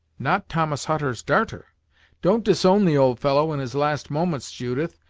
not thomas hutter's darter don't disown the old fellow in his last moments, judith,